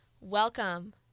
welcome